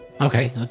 Okay